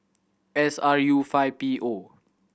S R U five P O